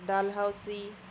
Dalhousie